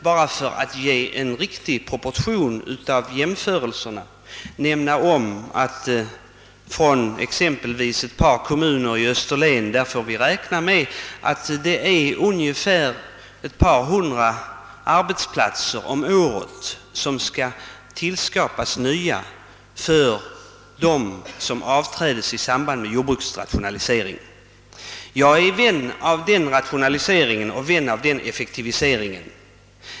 Bara för att ge riktiga mått åt jämförelserna vill jag påminna om att det i exempelvis ett par kommuner på Österlen måste tillskapas ett par hundra nya arbetstillfällen om året i stället för dem som förloras i samband med jordbruksrationaliseringen. Jag är vän av den rationaliseringen och den effektiviseringen.